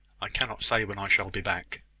i cannot say when i shall be back.